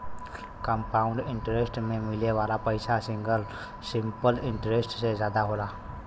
compound interest में मिले वाला पइसा सिंपल इंटरेस्ट से जादा होला